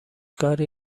کاری